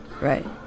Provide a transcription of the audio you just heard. Right